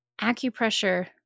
acupressure